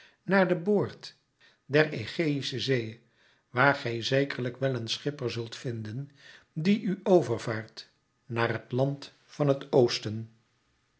naar den boord der aegeïsche zee waar gij zekerlijk wel een schipper zult vinden die u over vaart naar het land van het oosten